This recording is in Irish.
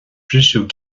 briseadh